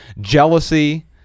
Jealousy